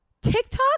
TikTok